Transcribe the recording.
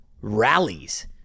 rallies